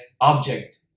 object